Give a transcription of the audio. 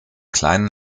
kleinen